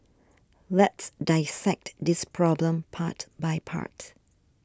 let's dissect this problem part by part